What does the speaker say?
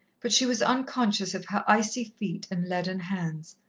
but she was unconscious of her icy feet and leaden hands.